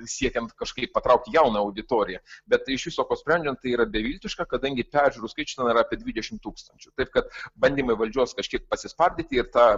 siekiant kažkaip patraukt jauną auditoriją bet iš viso ko sprendžiant tai yra beviltiška kadangi peržiūrų skaičius ten yra apie dvidešimt tūkstančių taip kad bandymai valdžios kažkiek pasispardyti ir tą